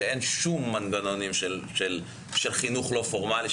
שאין בהם שום מנגנונים של חינוך לא פורמלי,